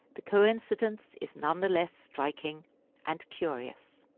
the coincidence is none the less striking and curious.